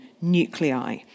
nuclei